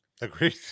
Agreed